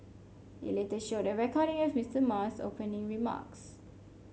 it later showed a recording of Mister Ma's opening remarks